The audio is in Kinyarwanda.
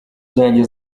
zanjye